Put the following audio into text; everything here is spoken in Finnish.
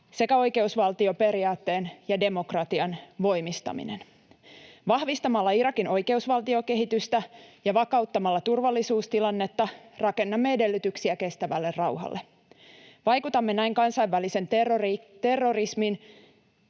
sekä oikeusvaltioperiaatteen ja demokratian voimistaminen. Vahvistamalla Irakin oikeusvaltiokehitystä ja vakauttamalla turvallisuustilannetta rakennamme edellytyksiä kestävälle rauhalle. Vaikutamme näin kansainvälisen terrorismin